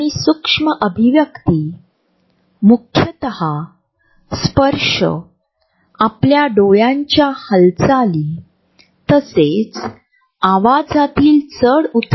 आपणास लक्षात येईल की जेव्हा आपल्या आसपास कोणी नसते जेव्हा आम्ही गर्दीच्या ठिकाणी असतो तेव्हा जो आमच्याशी मैत्री करतो किंवा आपणास ओळखतो तो असा अदृश्य फुगा अजूनही संरक्षित आहे असा विश्वास निर्माण करण्यासाठी आपण एक यंत्रणा विकसित करण्याचा प्रयत्न करतो